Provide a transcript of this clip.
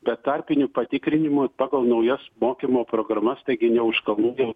be tarpinių patikrinimų pagal naujas mokymo programas taigi ne už kalnų jau